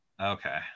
Okay